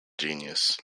genius